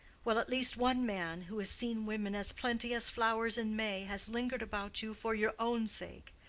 well, at least one man who has seen women as plenty as flowers in may has lingered about you for your own sake.